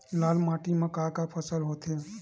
लाल माटी म का का फसल होथे?